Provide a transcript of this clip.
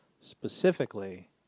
Specifically